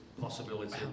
possibility